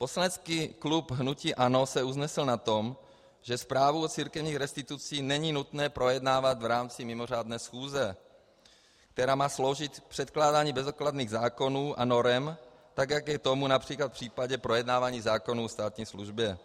Poslanecký klub hnutí ANO se usnesl na tom, že zprávu o církevních restitucích není nutné projednávat v rámci mimořádné schůze, která má sloužit k předkládání bezodkladných zákonů a norem, jak je tomu například v případě projednávání zákonu o státní službě.